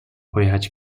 pojechać